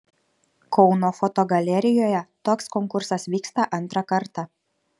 kauno fotogalerijoje toks konkursas vyksta antrą kartą